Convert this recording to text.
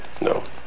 no